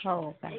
हो का